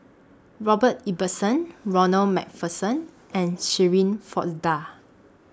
Robert Ibbetson Ronald MacPherson and Shirin Fozdar